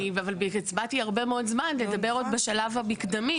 אבל אני הצבעתי הרבה מאוד זמן בשביל לדבר עוד בשלב המקדמי,